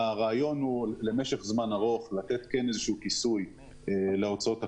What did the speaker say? הרעיון הוא לתת כיסוי למשך זמן ארוך להוצאות הקבועות.